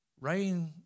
Rain